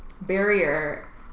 Barrier